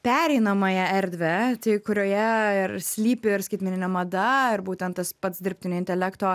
pereinamąją erdvę tai kurioje ir slypi ir skaitmeninė mada ir būtent tas pats dirbtinio intelekto